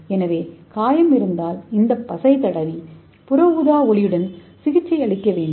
எனவே காயம் இருந்தால் இந்த பசையை தடவி UV ஒளியுடன் சிகிச்சையளிக்க வேண்டும்